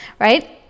right